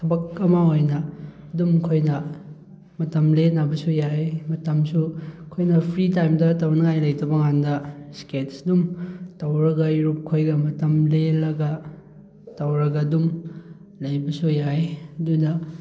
ꯊꯕꯛ ꯑꯃ ꯑꯣꯏꯅ ꯑꯗꯨꯝ ꯑꯩꯈꯣꯏꯅ ꯃꯇꯝ ꯂꯦꯟꯅꯕꯁꯨ ꯌꯥꯏ ꯃꯇꯝꯁꯨ ꯑꯩꯈꯣꯏꯅ ꯐ꯭ꯔꯤ ꯇꯥꯏꯝꯗ ꯇꯧꯅꯤꯡꯉꯥꯏ ꯂꯩꯇꯕ ꯀꯥꯟꯗ ꯏꯁꯀꯦꯠꯁ ꯑꯗꯨꯝ ꯇꯧꯔꯒ ꯏꯔꯨꯞ ꯈꯣꯏꯒ ꯃꯇꯝ ꯂꯦꯜꯂꯒ ꯇꯧꯔꯒ ꯑꯗꯨꯝ ꯂꯩꯕꯁꯨ ꯌꯥꯏ ꯑꯗꯨꯅ